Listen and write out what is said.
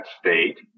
state